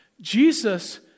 Jesus